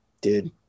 dude